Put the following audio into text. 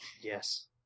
Yes